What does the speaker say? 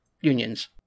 unions